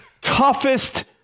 toughest